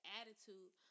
attitude